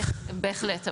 בהחלט,